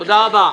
תודה רבה.